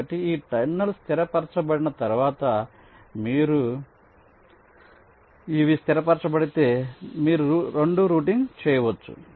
కాబట్టి ఈ టెర్మినల్స్ స్థిర పరచబడిన తర్వాత మీరు లేదా ఇవి స్థిర పరచబడితే మీరు 2 రూటింగ్ చేయవచ్చు